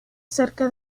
cerca